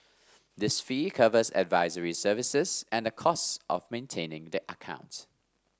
this fee covers advisory services and the costs of maintaining the account